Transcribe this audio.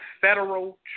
Federal